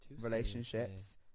relationships